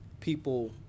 people